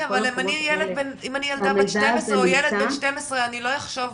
כן אבל אם אני ילד בן 12 אני לא אחשוב